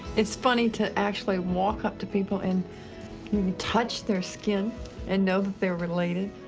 it's funny to actually walk up to people and touch their skin and know that they're related.